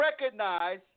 recognize